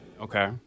Okay